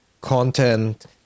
content